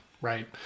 right